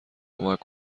کمک